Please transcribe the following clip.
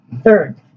Third